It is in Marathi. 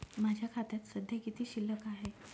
माझ्या खात्यात सध्या किती शिल्लक आहे?